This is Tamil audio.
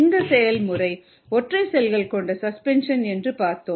இந்த செயல்முறை ஒற்றை செல்களை கொண்ட சஸ்பென்ஷனுக்காக என்று பார்த்தோம்